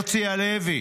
הרצי הלוי,